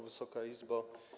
Wysoka Izbo!